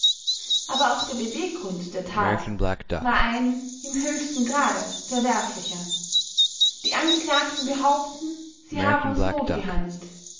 aber auch der beweggrund der tat war ein im höchsten grade verwerflicher die angeklagten behaupten sie haben aus not gehandelt